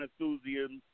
enthusiasts